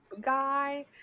guy